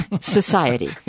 society